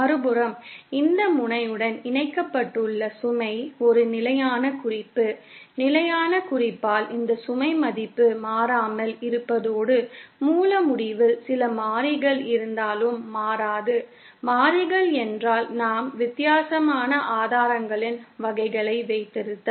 மறுபுறம் இந்த முனையுடன் இணைக்கப்பட்டுள்ள சுமை ஒரு நிலையான குறிப்பு நிலையான குறிப்பால் இந்த சுமை மதிப்பு மாறாமல் இருப்பதோடு மூல முடிவில் சில மாறிகள் இருந்தாலும் மாறாது மாறிகள் என்றால் நாம் வித்தியாசமான ஆதாரங்களின் வகைகளை வைத்திருந்தல்